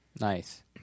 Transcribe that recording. Nice